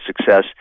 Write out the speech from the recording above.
success